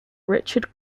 richard